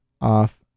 off